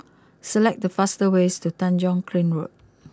select the fastest way to Tanjong Kling Road